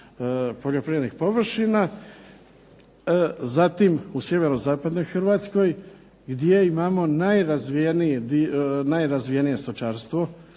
poljoprivrednih površina. Zatim u sjeverozapadnoj Hrvatskoj gdje imamo najrazvijenije stočarstvo